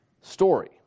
story